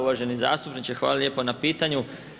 Uvaženi zastupniče hvala lijepo na pitanju.